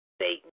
Satan